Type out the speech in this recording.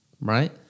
right